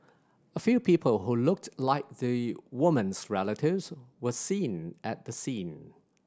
a few people who looked like the woman's relatives were seen at the scene